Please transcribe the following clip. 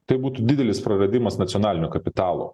tai būtų didelis praradimas nacionalinio kapitalo